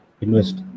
invest